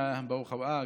ברוך הבא.